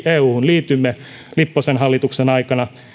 euhun liityimme lipposen hallituksen aikana